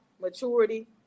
maturity